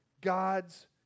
God's